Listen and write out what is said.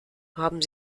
haben